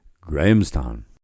Grahamstown